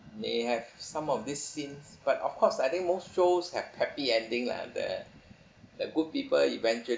they have some of this scenes but of course I think most shows have happy ending lah the the good people eventual~